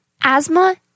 Asthma